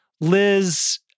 Liz